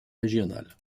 régional